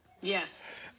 Yes